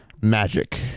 magic